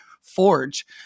forge